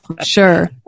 Sure